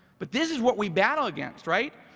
but this is what we battle against right?